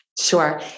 Sure